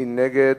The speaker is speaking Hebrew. מי נגד?